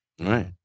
Right